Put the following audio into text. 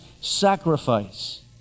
sacrifice